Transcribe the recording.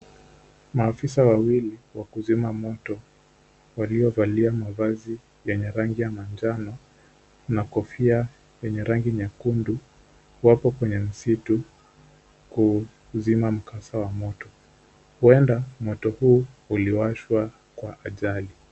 Maafisa wawili wa kuzima moto, waliovalia mavazi yenye rangi ya manjano na kofia yenye rangi nyekundu, wapo kwenye msitu kuzima mkasa wa moto. Huenda moto huu uliashwa kwa ajali.